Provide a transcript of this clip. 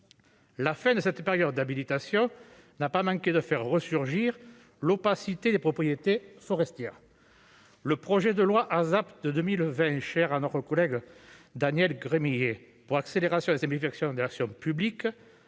la fin de sa par ailleurs d'habilitation n'a pas manqué de faire ressurgir l'opacité des propriétés forestières. Le projet de loi ASAP de 2020, chère à notre collègue Daniel Gremillet pour accélération et simplification de l'action publique,